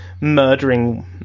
murdering